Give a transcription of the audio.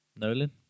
Nolan